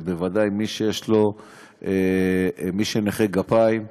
בוודאי מי שנכה גפיים,